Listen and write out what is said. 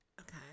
Okay